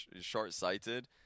short-sighted